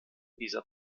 dieser